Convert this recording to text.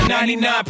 99